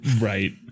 Right